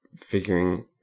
figuring